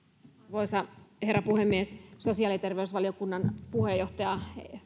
arvoisa herra puhemies sosiaali ja terveysvaliokunnan puheenjohtaja